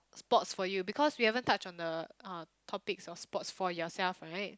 sports for you because we haven't touch on the uh topics of sports for yourself right